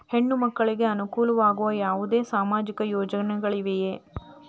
ಹೆಣ್ಣು ಮಕ್ಕಳಿಗೆ ಅನುಕೂಲವಾಗುವ ಯಾವುದೇ ಸಾಮಾಜಿಕ ಯೋಜನೆಗಳಿವೆಯೇ?